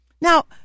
Now